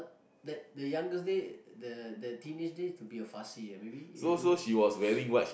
the the youngest days the the teenage days to be a fussy ah maybe